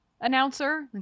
announcer